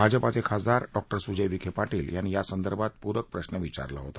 भाजपाचे खासदार डॉ सुजय विखे पाटील यांनी यासंदर्भात पूरक प्रश्न विचारला होता